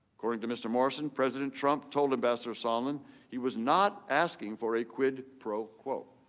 according to mr. morrison president trump told ambassador sondland he was not asking for a quid pro quo.